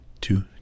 two